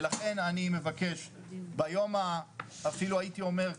ולכן אני מבקש ביום האפילו הייתי אומר,